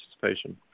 participation